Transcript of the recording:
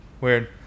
Weird